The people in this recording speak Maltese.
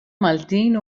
maltin